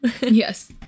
Yes